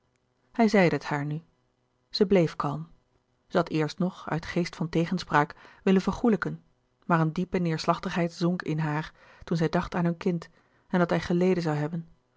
hij zeide het haar nu zij bleef kalm zij louis couperus de boeken der kleine zielen had eerst nog uit geest van tegenspraak willen vergoêlijken maar een diepe neêrslachtigheid zonk in haar toen zij dacht aan hun kind en dat hij geleden zoû hebben